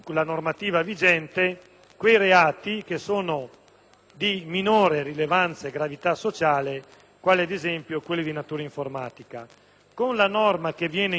Con la norma che si intende e che si vorrebbe introdurre e approvare in questo momento diventerebbe obbligatoria la custodia cautelare in carcere anche per quei reati